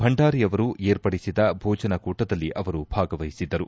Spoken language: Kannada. ಭಂಡಾರಿಯವರು ಏರ್ಪಡಿಸಿದ ಭೋಜನಾ ಕೂಟದಲ್ಲೂ ಅವರು ಭಾಗವಹಿಸಿದ್ದರು